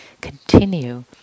continue